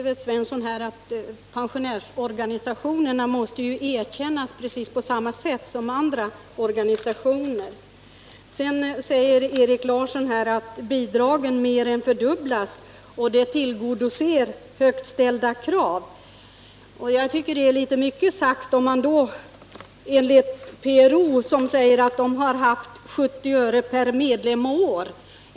Herr talman! Jag vill hålla med Evert Svensson om att pensionärsorganisationerna måste erkännas precis på samma sätt som andra organisationer. Erik Larsson säger att bidragen mer än fördubblas och att-de tillgodoser högt ställda krav. Jag tycker att det är litet mycket sagt med tanke på att PRO enligt uppgift har haft 70 öre per medlem och år.